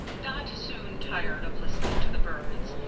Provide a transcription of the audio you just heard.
dot soon tired of listening to the birds,